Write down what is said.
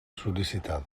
sol·licitada